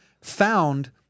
Found